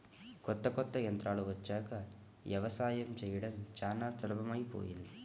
కొత్త కొత్త యంత్రాలు వచ్చాక యవసాయం చేయడం చానా సులభమైపొయ్యింది